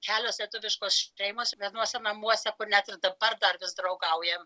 kelios lietuviškos šeimos vienuose namuose kur net ir dabar dar vis draugaujam